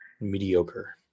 mediocre